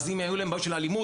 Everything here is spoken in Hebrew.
אז אם היו להם בעיות של אלימות,